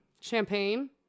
Champagne